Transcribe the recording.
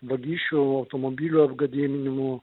vagysčių automobilių apgadinimų